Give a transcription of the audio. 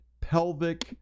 pelvic